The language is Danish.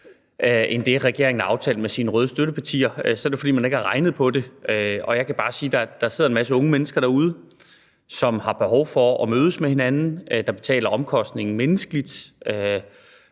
end det, regeringen har aftalt med sine røde støttepartier, er det, fordi man ikke har regnet på det. Jeg kan bare sige, at der sidder en masse unge mennesker derude, som har behov for at mødes med hinanden, og som betaler omkostningerne menneskeligt.